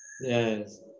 yes